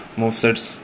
movesets